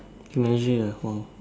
measure ah !wah!